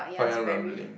paya rumbling